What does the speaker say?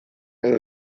edo